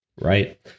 Right